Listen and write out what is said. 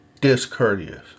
discourteous